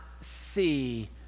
see